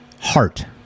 heart